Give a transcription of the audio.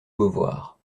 beauvoir